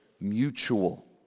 mutual